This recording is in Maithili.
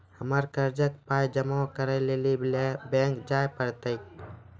हमरा कर्जक पाय जमा करै लेली लेल बैंक जाए परतै?